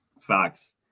facts